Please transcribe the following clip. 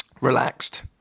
relaxed